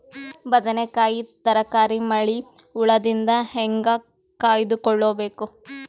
ಬದನೆಕಾಯಿ ತರಕಾರಿ ಮಳಿ ಹುಳಾದಿಂದ ಹೇಂಗ ಕಾಯ್ದುಕೊಬೇಕು?